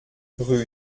rue